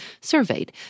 surveyed